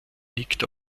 liegt